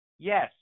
Yes